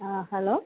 ஆ hello